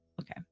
okay